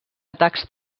atacs